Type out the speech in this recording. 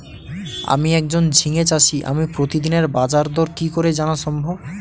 আমি একজন ঝিঙে চাষী আমি প্রতিদিনের বাজারদর কি করে জানা সম্ভব?